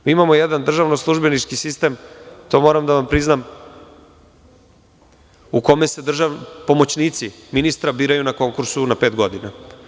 Mi imamo jedan državno-službenički sistem, to moram da vam priznam, u kome se pomoćnici ministra biraju na konkursu na pet godina.